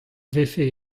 vefe